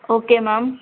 okay ma'am